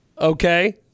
Okay